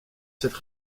cette